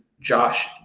josh